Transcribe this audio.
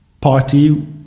party